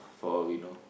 for all we know